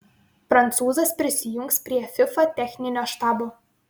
prancūzas prisijungs prie fifa techninio štabo